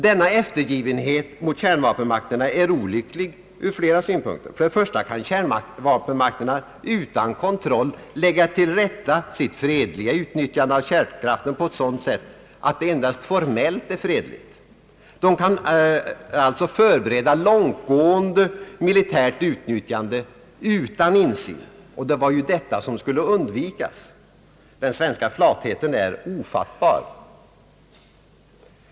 Denna eftergivenhet mot kärnvapenmakterna är olycklig ur flera synpunkter. Först och främst kan kärnvapenmakterna utan kontroll lägga till rätta sitt fredliga utnyttjande av kärnkraften på ett sådant sätt att det endast formellt är fredligt. De kan alltså förbereda långtgående militärt utnyttjande utan insyn. Det var ju detta som skulle undvikas. Den svenska flatheten är ofattbar.